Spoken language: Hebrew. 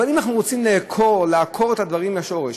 אבל אם אנחנו רוצים לעקור את הדברים מהשורש,